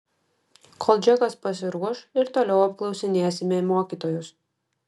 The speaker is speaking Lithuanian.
kol džekas pasiruoš ir toliau apklausinėsime mokytojus